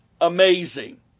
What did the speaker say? amazing